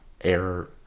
air